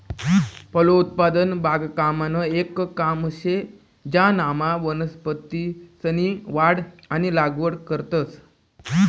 फलोत्पादन बागकामनं येक काम शे ज्यानामा वनस्पतीसनी वाढ आणि लागवड करतंस